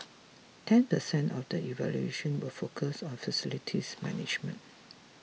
ten percent of the evaluation will focus on facilities management